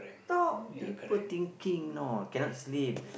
talk people thinking you know cannot sleep